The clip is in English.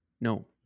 No